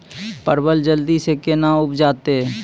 परवल जल्दी से के ना उपजाते?